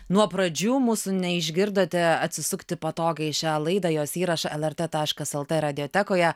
nuo pradžių mūsų neišgirdote atsisukti patogiai šią laidą jos įrašą lrt taškas lt radiotekoje